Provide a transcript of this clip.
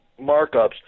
markups